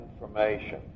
information